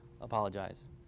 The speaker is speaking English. apologize